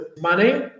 money